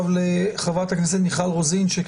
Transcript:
חברת הכנסת מיכל רוזין, בבקשה.